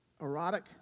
erotic